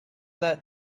that